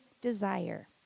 desire